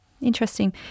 interesting